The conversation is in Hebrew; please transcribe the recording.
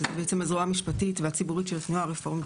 שזה בעצם הזרוע המשפטית והציבורית של התנועה הרפורמית